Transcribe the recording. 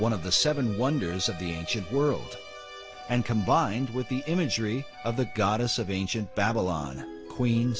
one of the seven wonders of the world and combined with the imagery of the goddess of ancient babylon queen